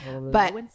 but-